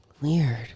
Weird